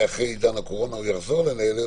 אחרי עידן הקורונה הוא יחזור לזה,